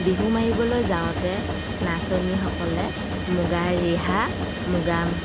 বিহু মাৰিবলৈ যাওঁতে নাচনীসকলে মুগা ৰিহা মুগা